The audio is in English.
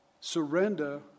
surrender